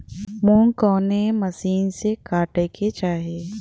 मूंग कवने मसीन से कांटेके चाही?